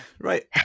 right